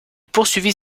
poursuivit